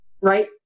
right